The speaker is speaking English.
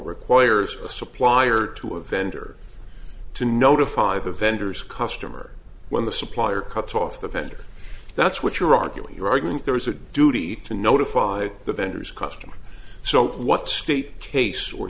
requires a supplier to a vendor to notify the vendors customer when the supplier cutoff the vendor that's what you're arguing you're arguing there is a duty to notify the vendors customer so what state case or